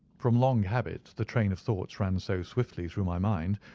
from long habit the train of thoughts ran so swiftly through my mind,